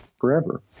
forever